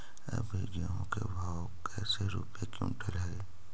अभी गेहूं के भाव कैसे रूपये क्विंटल हई?